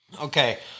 Okay